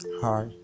Hi